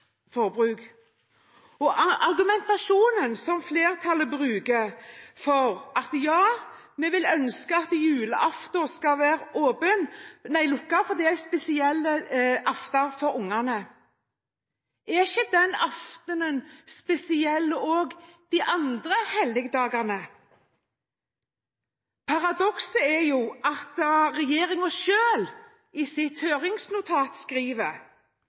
flertallet bruker argumentasjonen at ja, vi vil ønske at det på julaften skal være lukket, for det er en spesiell aften for ungene. Er det ikke en spesiell aften også de andre helligdagene? Paradokset er jo at regjeringen selv i sitt høringsnotat skriver